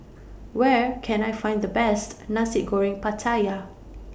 Where Can I Find The Best Nasi Goreng Pattaya